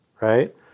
right